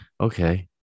okay